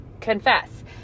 confess